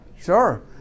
sure